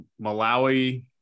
Malawi